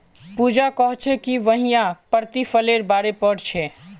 पूजा कोहछे कि वहियं प्रतिफलेर बारे पढ़ छे